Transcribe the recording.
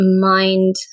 mind